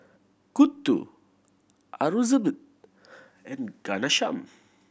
Gouthu Aurangzeb and Ghanshyam